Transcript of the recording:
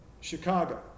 Chicago